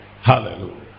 Hallelujah